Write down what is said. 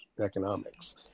economics